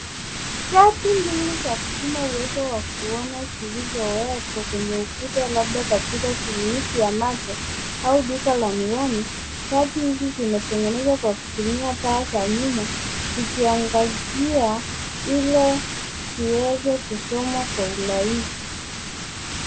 Chati mbili za kupima uwezo wa kuona zilizowekwa kwenye ukuta labda katika kliniki ya macho au duka la miwani, chati hizi zimetengenezwa kwa kutumia taa za nyuma zikiangazia ili ziweze kusomwa kwa urahisi.